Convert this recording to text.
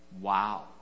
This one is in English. Wow